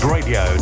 Radio